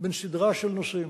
בין סדרה של נושאים.